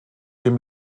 dem